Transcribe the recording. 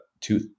two